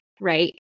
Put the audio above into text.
right